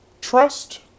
trust